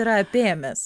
yra apėmęs